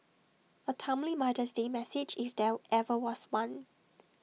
A timely mother's day message if there ever was one